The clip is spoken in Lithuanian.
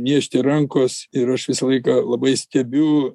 niežti rankos ir aš visą laiką labai stebiu